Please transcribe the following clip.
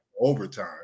overtime